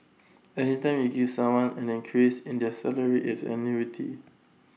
any time you give someone an increase in their salary it's an annuity